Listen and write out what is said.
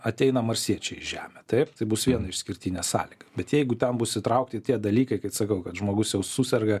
ateina marsiečiai į žemę taip tai bus viena išskirtinė sąlyga bet jeigu ten bus įtraukti tie dalykai kad sakau kad žmogus jau suserga